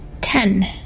Ten